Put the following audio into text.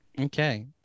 Okay